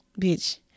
bitch